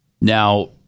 Now